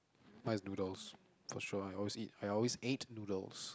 mine is noodles for sure I always eat I always ate noodles